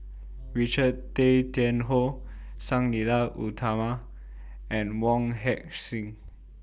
Richard Tay Tian Hoe Sang Nila Utama and Wong Heck Sing